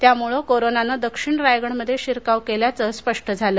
त्यामुळे कोरोनानं दक्षिण रायगडमध्ये शिरकाव केल्याचं स्पष्ट झालं